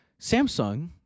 Samsung